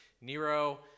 Nero